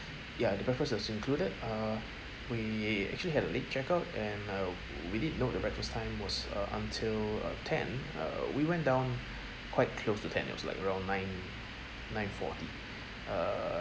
ya the breakfast that was included uh we actually had a late check out and uh we did note the breakfast time was uh until uh ten uh we went down quite close to ten it was like around nine nine forty err